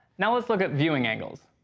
now lets look at viewing angles.